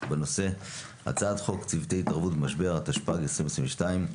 בנושא הצעת חוק צוותי התערבות במשבר, התשפ"ג 2022,